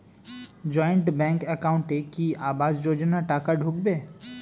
Joint bank একাউন্টে কি আবাস যোজনা টাকা ঢুকবে?